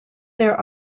there